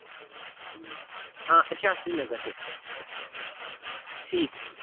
हां शास्त्री नगर च ठीक ठीक